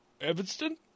Evanston